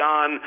on